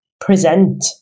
present